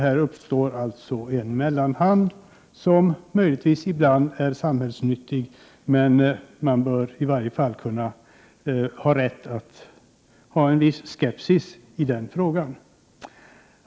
Här uppstår alltså en mellanhand som naturligtvis ibland är samhällsnyttig, men man bör i varje fall ha rätten att se med viss skepsis på frågan.